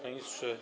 Panie Ministrze!